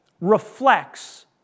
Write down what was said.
reflects